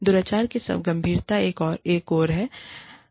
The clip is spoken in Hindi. दुराचार की गंभीरता एक और है